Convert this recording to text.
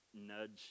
nudge